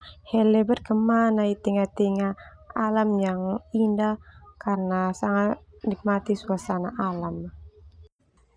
Hele berkemah nai tengah tengah alam yang indah karena sanga nikmati suasana alam ah.